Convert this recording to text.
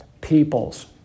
peoples